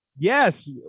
yes